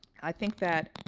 i think that,